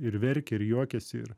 ir verkia ir juokiasi ir